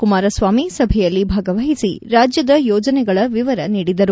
ಕುಮಾರಸ್ವಾಮಿ ಸಭೆಯಲ್ಲಿ ಭಾಗವಹಿಸಿ ರಾಜ್ಯದ ಯೋಜನೆಗಳ ವಿವರ ನೀಡಿದರು